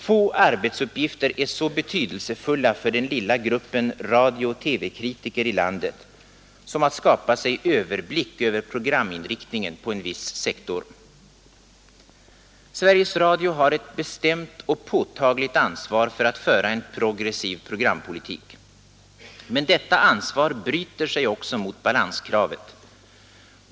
Få arbetsuppgifter är så betydelsefulla för den lilla gruppen radiooch TV-kritiker i landet som att skapa sig överblick över programinriktningen på en viss sektor. Sveriges Radio har ett bestämt och påtagligt ansvar för att föra en progressiv programpolitik. Men detta ansvar bryter sig också mot balanskravet.